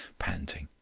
panting.